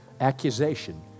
accusation